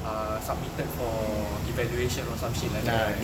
are submitted for evaluation or some shit like that right